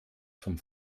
vom